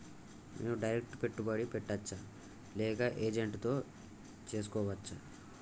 నేను డైరెక్ట్ పెట్టుబడి పెట్టచ్చా లేక ఏజెంట్ తో చేస్కోవచ్చా?